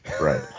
Right